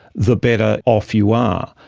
the better off you are.